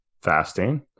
fasting